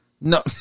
No